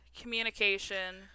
communication